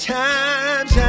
times